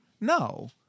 No